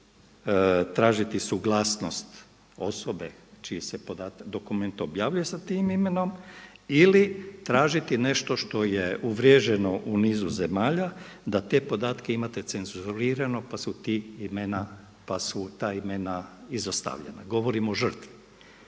tražiti suglasnost osobe čiji se dokument objavljuje sa tim imenom ili tražiti nešto što je uvriježeno u nizu zemalja da te podatke imate cenzurirano pa su ta imena izostavljena, govorim o žrtvi.